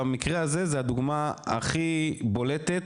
במקרה הזה זה הדוגמה הכי בולטת